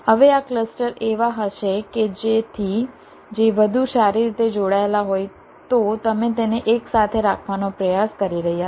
હવે આ ક્લસ્ટર એવા હશે કે જે જેથી જે વધુ સારી રીતે જોડાયેલા હોય તો તમે તેને એકસાથે રાખવાનો પ્રયાસ કરી રહ્યા છો